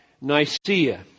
Nicaea